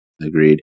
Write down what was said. Agreed